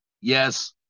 Yes